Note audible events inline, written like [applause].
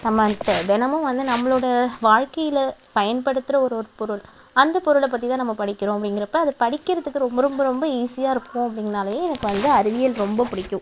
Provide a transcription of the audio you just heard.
[unintelligible] தினமும் வந்து நம்மளோட வாழ்க்கையில் பயன்படுத்துகிற ஒரு ஒரு பொருள் அந்தப் பொருளைப் பற்றிதான் நம்ம படிக்கிறோம் அப்படிங்கிறப்ப அது படிக்கிறதுக்கு ரொம்ப ரொம்ப ரொம்ப ஈசியாக இருக்கும் அப்படிங்கிறதுனாலயே எனக்கு வந்து அறிவியல் ரொம்ப பிடிக்கும்